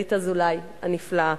דלית אזולאי הנפלאה,